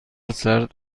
سرد